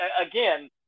again